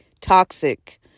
toxic